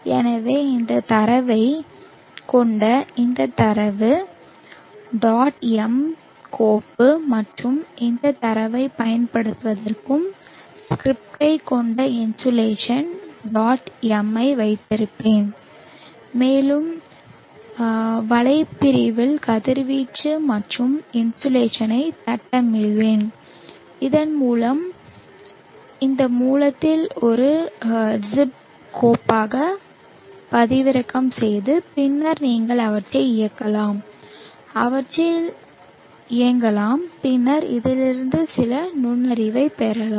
எனவே இந்த தரவைக் கொண்ட இந்த தரவு டாட் எம் கோப்பு மற்றும் இந்தத் தரவைப் பயன்படுத்துவதற்கும் ஸ்கிரிப்டைக் கொண்ட இன்சோலேஷன் டாட் எம் ஐ வைத்திருப்பேன் மேலும் வளப் பிரிவில் கதிர்வீச்சு மற்றும் இன்சோலேஷனைத் திட்டமிடுவேன் இதன் மூலம் இந்த மூலத்தை ஒரு ஜிப் கோப்பாக பதிவிறக்கம் செய்து பின்னர் நீங்கள் அவற்றை இயக்கலாம் அவற்றில் இயங்கலாம் பின்னர் இதிலிருந்து சில நுண்ணறிவைப் பெறலாம்